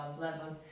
levels